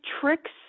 tricks